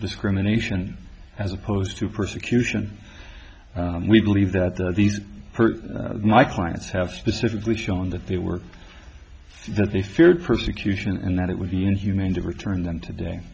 discrimination as opposed to persecution we believe that these hurt my clients have specifically shown that they were that they feared persecution and that it would be inhumane to return them today